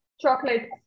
Chocolate